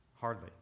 hardly